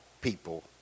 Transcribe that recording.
people